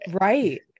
right